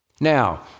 Now